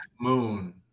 moon